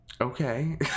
Okay